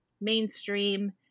mainstream